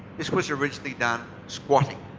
this was originally done squatting.